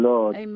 Lord